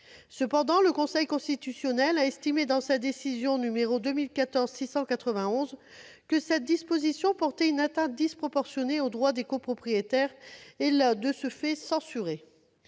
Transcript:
Cependant, le Conseil constitutionnel a estimé, dans sa décision n° 2014-691, que cette disposition portait une atteinte disproportionnée aux droits des copropriétaires ; il l'a, de ce fait, censurée.